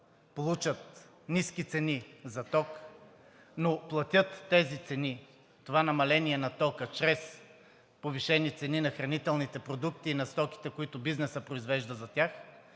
получат ниски цени за ток, но платят тези цени, това намаление на тока чрез повишени цени на хранителните продукти и на стоките, които бизнесът произвежда за тях,